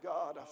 God